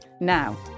Now